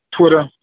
Twitter